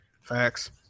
Facts